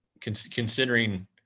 considering